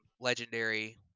legendary